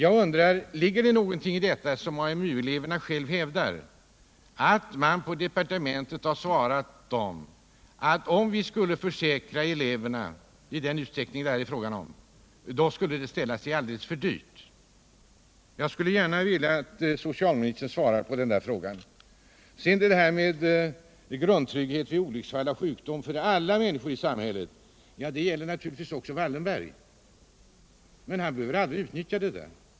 AMU-eleverna själva hävdar att någon på departementet har svarat dem att om man skulle försäkra eleverna i den utsträckning det här är fråga om skulle det ställa sig alldeles för dyrt. Jag skulle gärna vilja att socialministern svarar på om detta stämmer. Grundtryggheten vid olycksfall och sjukdom för alla människor i samhället gäller naturligtvis också Wallenberg, men han behöver aldrig utnyttja den.